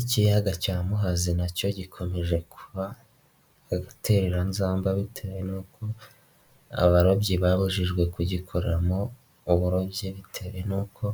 Ikiyaga cya muhazi nacyo gikomeje kuba agatereranzamba, bitewe n'uko abarobyi babujijwe kugikoramo uburobyi, bitewe n'uko